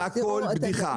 זה הכול בדיחה.